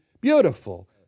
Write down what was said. Beautiful